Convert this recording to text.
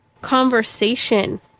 conversation